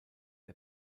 der